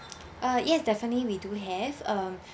uh yes definitely we do have mm